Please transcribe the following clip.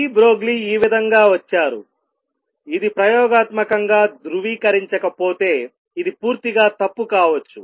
D Broglie ఈ విధంగా వచ్చారు ఇది ప్రయోగాత్మకంగా ధృవీకరించకపోతే ఇది పూర్తిగా తప్పు కావచ్చు